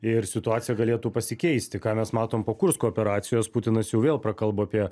ir situacija galėtų pasikeisti ką mes matom po kursko operacijos putinas jau vėl prakalbo apie